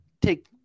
take